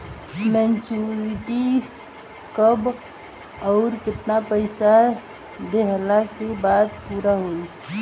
Maturity कब आउर केतना पईसा देहला के बाद पूरा होई?